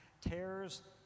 tears